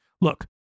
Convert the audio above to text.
Look